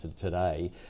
today